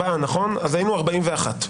אז היינו ב-41.